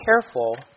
careful